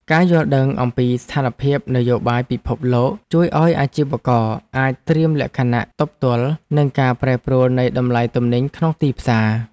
ការយល់ដឹងអំពីស្ថានភាពនយោបាយពិភពលោកជួយឱ្យអាជីវករអាចត្រៀមលក្ខណៈទប់ទល់នឹងការប្រែប្រួលនៃតម្លៃទំនិញក្នុងទីផ្សារ។